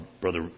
Brother